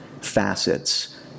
facets